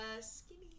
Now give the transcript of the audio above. skinny